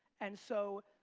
and so,